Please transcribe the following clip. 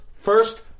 first